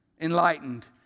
enlightened